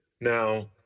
Now